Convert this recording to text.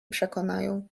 przekonają